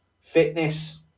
fitness